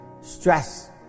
stress